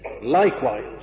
Likewise